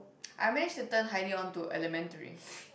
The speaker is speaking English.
I manage to turn highly onto elementary